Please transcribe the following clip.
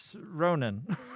Ronan